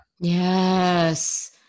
Yes